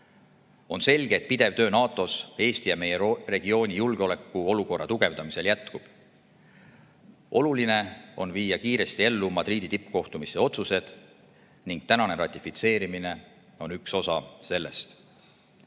On selge, et pidev töö NATO-s Eesti ja meie regiooni julgeolekuolukorra tugevdamisel jätkub. Oluline on viia kiiresti ellu Madridi tippkohtumise otsused ning tänane ratifitseerimine on üks osa sellest.